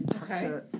Okay